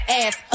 ass